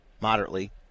moderately